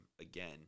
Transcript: again